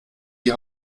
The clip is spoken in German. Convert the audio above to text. die